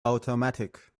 automatic